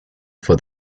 for